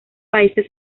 países